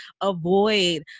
avoid